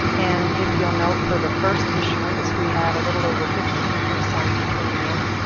and if you'll note for the first issuance we had a little over fifteen percent premium,